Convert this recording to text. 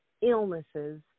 illnesses